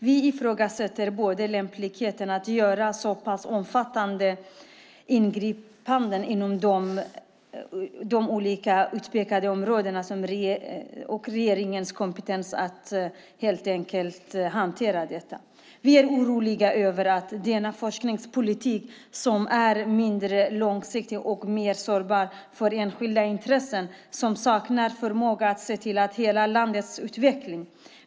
Vi ifrågasätter både lämpligheten att göra så pass omfattande ingripanden inom de utpekade områdena och regeringens kompetens att hantera detta. Vi är oroliga över att denna forskningspolitik, som är mindre långsiktig och mer sårbar för enskilda intressen, saknar förmåga att se till hela landets utveckling.